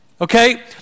Okay